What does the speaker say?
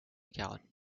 garonne